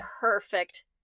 perfect